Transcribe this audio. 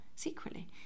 secretly